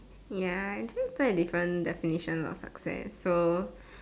ya I think it's like different definition of success so